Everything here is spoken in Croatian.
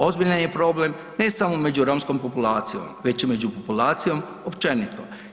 Ozbiljan je problem ne samo među romskom populacijom već i među populacijom općenito.